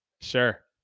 sure